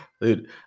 Dude